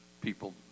people